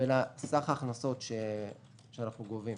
בין סך ההכנסות שאנחנו גובים